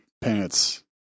pants